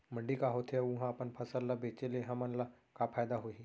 मंडी का होथे अऊ उहा अपन फसल ला बेचे ले हमन ला का फायदा होही?